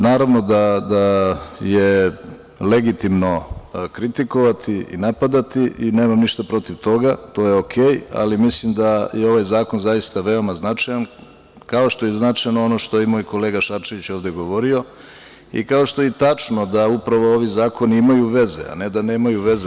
Naravno da je legitimno kritikovati i napadati, nemam ništa protiv toga, to je ok, ali mislim da je ovaj zakon zaista veoma značajan, kao što je značajno ono što je moj kolega Šarčević ovde govorio, kao što je i tačno da upravo ovi zakoni imaju veze, a ne da nemaju veze.